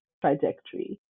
trajectory